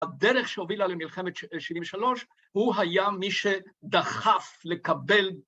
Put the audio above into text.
‫הדרך שהובילה למלחמת 73, ‫הוא היה מי שדחף לקבל...